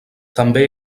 també